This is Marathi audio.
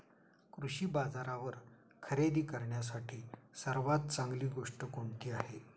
कृषी बाजारावर खरेदी करण्यासाठी सर्वात चांगली गोष्ट कोणती आहे?